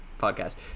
podcast